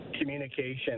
communication